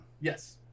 Yes